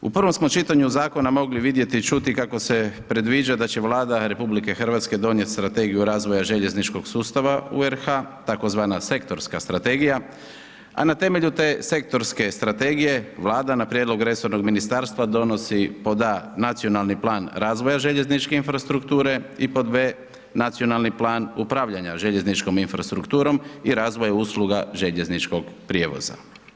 U prvom smo čitanju zakona mogli vidjeti i čuti kako se predviđa da će Vlada RH donijet strategiju razvoja željezničkog sustava u RH tzv. sektorska strategija, a na temelju te sektorske strategije Vlada na prijedlog resornog ministarstva donosi, pod a) nacionalni plan razvoja željezničke infrastrukture i pod b) nacionalni plan upravljanja željezničkom infrastrukturom i razvoja usluga željezničkog prijevoza.